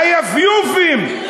היפיופים,